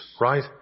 right